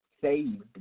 saved